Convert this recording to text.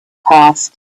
passed